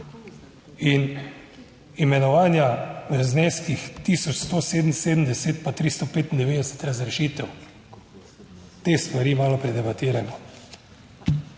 in imenovanja v zneskih 1177 pa 395 razrešitev. Te stvari malo predebatiramo.